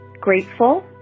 grateful